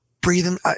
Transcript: breathing